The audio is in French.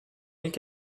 mille